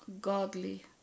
godly